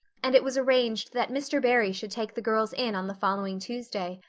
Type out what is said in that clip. and it was arranged that mr. barry should take the girls in on the following tuesday.